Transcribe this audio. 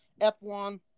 F1